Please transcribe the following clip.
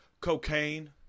cocaine